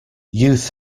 youth